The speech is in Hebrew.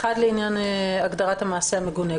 אחד, לעניין הגדרת המעשה המגונה.